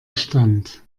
stand